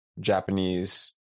Japanese